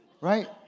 Right